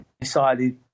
decided